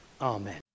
amen